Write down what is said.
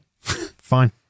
Fine